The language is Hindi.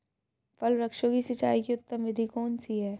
फल वृक्षों की सिंचाई की उत्तम विधि कौन सी है?